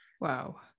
Wow